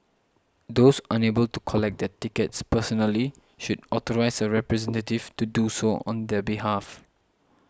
those unable to collect their tickets personally should authorise a representative to do so on their behalf